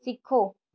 ਸਿੱਖੋ